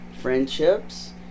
friendships